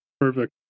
Perfect